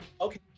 Okay